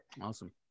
Awesome